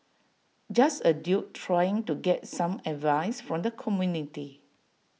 just A dude trying to get some advice from the community